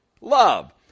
love